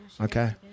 okay